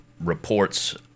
reports